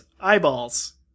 eyeballs